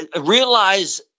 realize